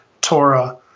Torah